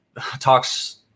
talks